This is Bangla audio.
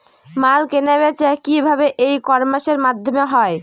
মাল কেনাবেচা কি ভাবে ই কমার্সের মাধ্যমে হয়?